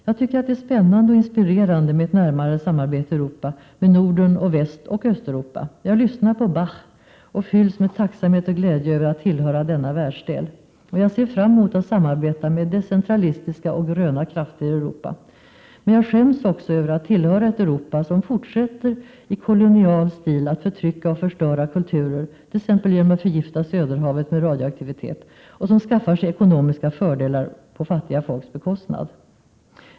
Jag tycker att det är spännande och inspirerande med ett närmare samarbete i Europa, med Norden samt Västoch Östeuropa. Jag lyssnar på Bach och fylls med tacksamhet och glädje över att tillhöra denna världsdel. Jag ser fram emot att samarbeta med decentralistiska och gröna krafter i Europa. Men jag skäms också över att tillhöra ett Europa, som i kolonial stil fortsätter att förtrycka och förstöra kulturer, t.ex. genom att förgifta Söderhavet med radioaktivitet, och som skaffar sig ekonomiska fördelar på fattiga folks bekostnad.